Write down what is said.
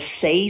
say